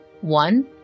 one